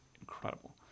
incredible